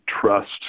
trust